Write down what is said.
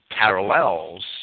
parallels